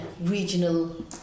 regional